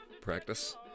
practice